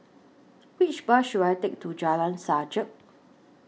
Which Bus should I Take to Jalan Sajak